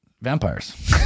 Vampires